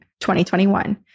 2021